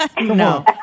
No